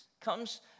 comes